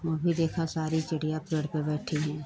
वह भी देखा सारी चिड़िया पेड़ पर बैठी हैं